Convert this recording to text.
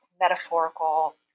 metaphorical